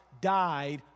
died